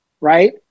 Right